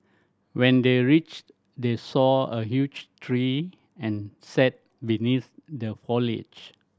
when they reached they saw a huge tree and sat beneath the foliage